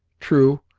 true,